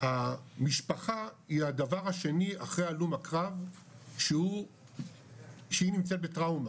המשפחה היא הדבר השני אחרי הלום הקרב שהיא נמצאת בטראומה,